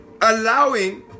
Allowing